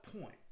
point